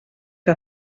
que